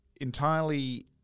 entirely